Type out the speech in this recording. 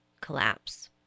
collapse